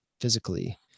physically